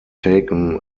taken